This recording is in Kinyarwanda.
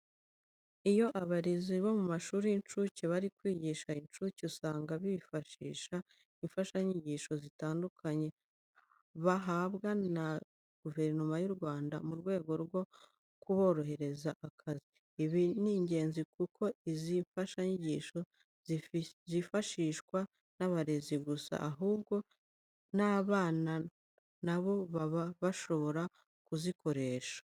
Iyo abarezi bo mu mashuri y'incuke bari kwigisha incuke, usanga bifashisha imfashanyigisho zitandukanye bahabwa na guverinoma y'u Rwanda mu rwego rwo kuborohereza akazi. Ibi ni ingenzi kuko izi mfashanyigisho zitifashishwa n'abarezi gusa ahubwo n'aba bana na bo baba bashobora kuzikoresha.